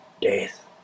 death